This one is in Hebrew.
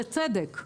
בצדק,